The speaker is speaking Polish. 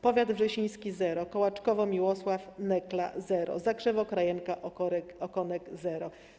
Powiat wrzesiński - zero: Kołaczkowo, Miłosław, Nekla - zero, Zakrzewo Krajenka, Okonek - zero.